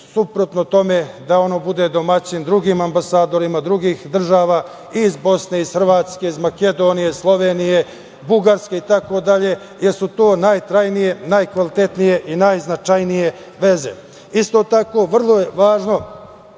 suprotno tome, da ono bude domaćin drugim ambasadorima drugih država i iz Bosne, Hrvatske, Makedonije, Slovenije, Bugarske itd, jer su to najtrajnije, najkvalitetnije i najznačajnije veze. Isto tako, vrlo je važno